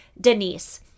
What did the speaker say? Denise